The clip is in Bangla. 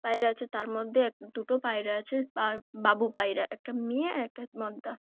পায়রা আছে তার মধ্যে এক দুটো পায়রা আছে পা বাবু পায়রা একটা মেয়ে আর একটা মদ্দা